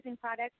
products